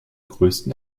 größten